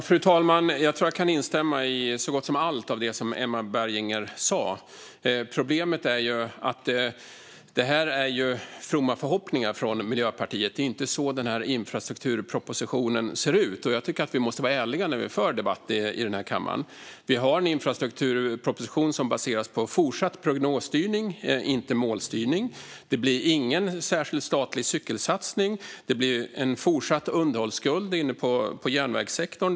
Fru talman! Jag tror att jag kan instämma i så gott som allt av det som Emma Berginger sa. Problemet är ju att det här är fromma förhoppningar från Miljöpartiet. Det är inte så den här infrastrukturpropositionen ser ut. Jag tycker att vi måste vara ärliga när vi för debatt i den här kammaren. Vi har en infrastrukturproposition som baseras på fortsatt prognosstyrning, inte målstyrning. Det blir ingen särskild statlig cykelsatsning. Det blir en fortsatt underhållsskuld i järnvägssektorn.